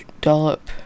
dollop